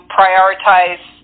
prioritize